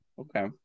Okay